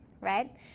right